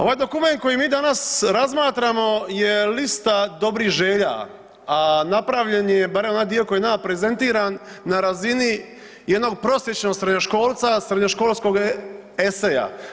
Ovaj dokument koji mi danas razmatramo je lista dobrih želja, a napravljen je, barem ovaj dio koji je nama prezentiran, na razini jednog prosječnog srednjoškolca, srednjoškolskog eseja.